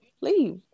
leave